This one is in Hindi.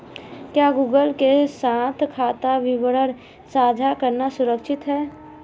क्या गूगल के साथ खाता विवरण साझा करना सुरक्षित है?